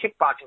kickboxing